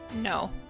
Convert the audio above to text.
No